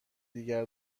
دیگر